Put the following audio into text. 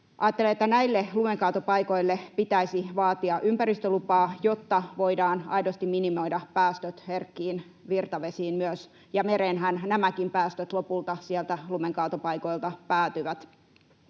Ajattelen, että näille lumenkaatopaikoille pitäisi vaatia ympäristölupaa, jotta voidaan aidosti minimoida päästöt myös herkkiin virtavesiin, ja mereenhän nämäkin päästöt lopulta sieltä lumenkaatopaikoilta päätyvät.